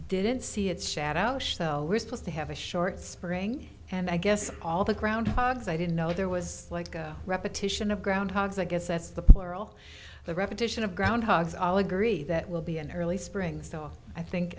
didn't see its shadow shell were supposed to have a short spring and i guess all the ground hogs i didn't know there was like repetition of ground hog's i guess that's the plural the repetition of groundhogs all agree that will be an early spring so i think